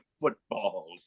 footballs